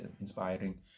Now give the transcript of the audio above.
inspiring